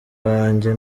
wanjye